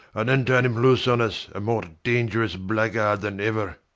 and then turn him loose on us a more dangerous blackguard than ever.